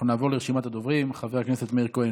אנחנו נעבור לרשימת הדוברים: חבר הכנסת מאיר כהן,